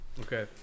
Okay